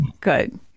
good